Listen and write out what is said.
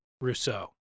Rousseau